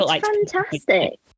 fantastic